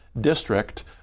district